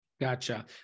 Gotcha